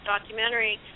documentary